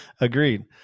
agreed